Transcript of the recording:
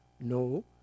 no